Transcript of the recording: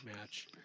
match